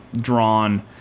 drawn